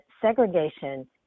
segregation